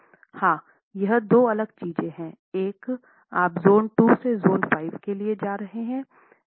हाँ यह दो अलग चीजें हैं एक आप ज़ोन II से ज़ोन V के लिए जा रहे हैं